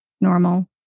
normal